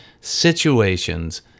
situations